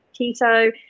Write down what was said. keto